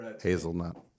hazelnut